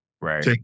Right